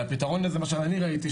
והפתרון לזה מה שאני ראיתי,